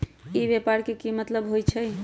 ई व्यापार के की मतलब होई छई?